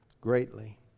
greatly